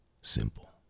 Simple